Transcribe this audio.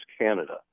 Canada